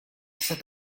set